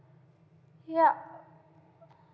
yup